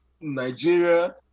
Nigeria